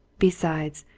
besides,